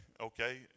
Okay